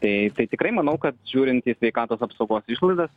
tai tai tikrai manau kad žiūrint į sveikatos apsaugos išlaidas